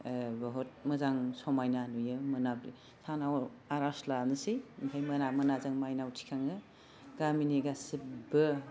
ओह बुहुत मोजां समायना नुयो मोनाब्लि सानाव आर'ज लानोसै आमफाय मोना मोना जों मायनाव थिखाङो गामिनि गासिबबो